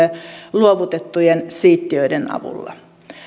luovutettujen siittiöiden avulla